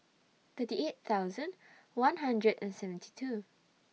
thirty eight thousand one hundred and seventy two